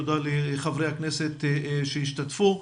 תודה לחברי הכנסת שהשתתפו.